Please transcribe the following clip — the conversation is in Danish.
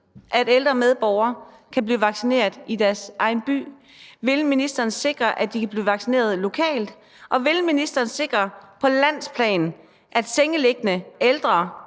at ældre medborgere kan blive vaccineret i deres egen by? Vil ministeren sikre, at de kan blive vaccineret lokalt? Og vil ministeren sikre på landsplan, at sengeliggende ældre